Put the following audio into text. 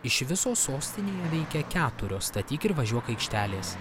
iš viso sostinėje veikia keturios statyk ir važiuok aikštelės